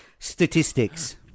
Statistics